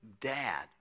dad